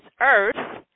earth